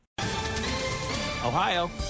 Ohio